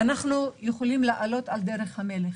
אנחנו יכולים לעלות על דרך המלך.